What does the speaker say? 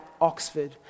Oxford